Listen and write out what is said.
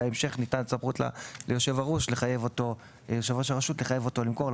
בהמשך ניתנת סמכות ליושב ראש הרשות לחייב אותו למכור,